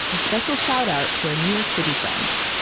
a special shout out to our new york city friends.